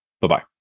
Bye-bye